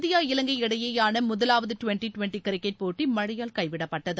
India Ilangai இடையேயான முதலாவது twenty twenty cricket போட்டி மழையால் கைவிடப்பட்டது